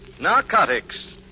Narcotics